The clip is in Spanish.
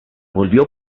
volvió